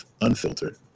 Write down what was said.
unfiltered